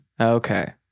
Okay